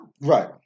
Right